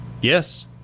Yes